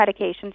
medications